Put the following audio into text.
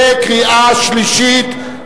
בקריאה שלישית.